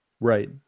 Right